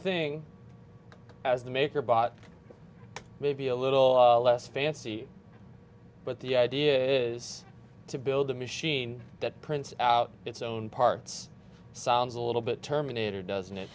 thing as the maker bot maybe a little less fancy but the idea is to build a machine that prints out its own parts sounds a little bit terminator doesn't it